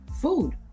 food